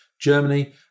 Germany